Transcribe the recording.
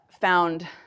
found